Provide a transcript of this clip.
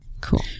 cool